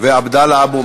עבדאללה אבו,